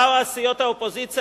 באו סיעות האופוזיציה,